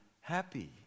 happy